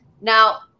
Now